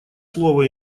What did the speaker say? слово